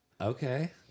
Okay